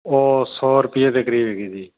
ਉਹ ਸੌ ਰੁਪਈਏ ਦੇ ਕਰੀਬ ਹੈਗੀ ਜੀ